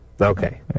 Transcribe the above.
Okay